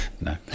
no